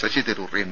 Sasi Tharoor M